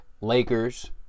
Lakers